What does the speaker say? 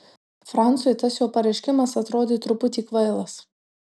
franciui tas jo pareiškimas atrodė truputį kvailas